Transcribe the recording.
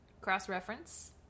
cross-reference